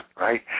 right